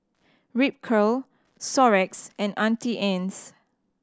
Ripcurl Xorex and Auntie Anne's